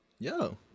Yo